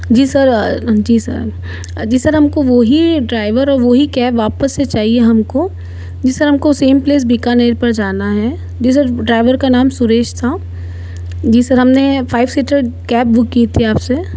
जी sir जी sir जी sir हमको वो ही ड्राइवर और वो ही कैब वापस से चाहिए हमको जी सर हमको सेम प्लेस बीकानेर पर जाना है जी सर ड्राइवर का नाम सुरेश था जी सर हमने फ़ाइव सीटर कैब बुक की थी आपसे